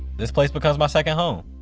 this place becomes my second home.